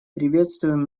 приветствуем